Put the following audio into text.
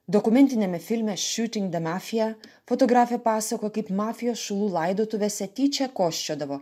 dokumentiniame filme šiuting de mafija fotografė pasakoja kaip mafijos šulų laidotuvėse tyčia kosčiodavo